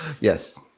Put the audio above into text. yes